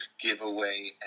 giveaway